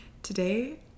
Today